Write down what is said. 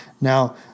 Now